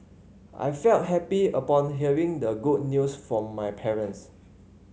I felt happy upon hearing the good news from my parents